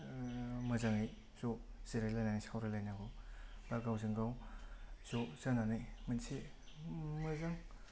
मोजाङै ज' जिरायलायनानै सावरायलायनांगौ बा गावजों गाव ज' जानानै मोनसे मोजां